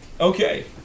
Okay